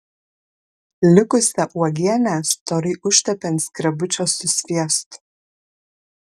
likusią uogienę storai užtepė ant skrebučio su sviestu